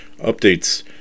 updates